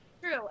True